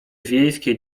wiejskie